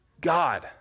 God